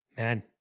Man